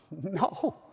No